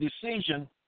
decision